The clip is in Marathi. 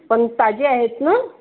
पण ताजे आहेत ना